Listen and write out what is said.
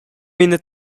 memia